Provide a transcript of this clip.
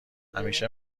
همیشه